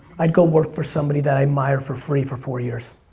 i'd go work for somebody that i admire for free for four years.